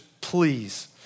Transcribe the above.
please